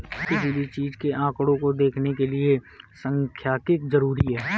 किसी भी चीज के आंकडों को देखने के लिये सांख्यिकी जरूरी हैं